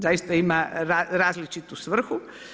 Zaista ima različitu svrhu.